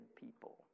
people